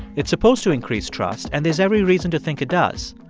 it's supposed to increase trust, and there's every reason to think it does.